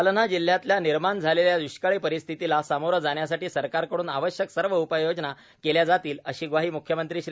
जालना जिल्ह्यातल्या निर्माण झालेल्या द्रष्काळी परिस्थितला समोरे जाण्यासाठी सरकारकडून आवश्यक सर्व उपाय योजना केल्या जातील अशी ग्वाही मुख्यमंत्री श्री